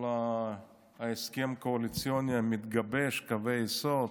כל ההסכם הקואליציוני המתגבש, קווי היסוד,